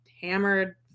hammered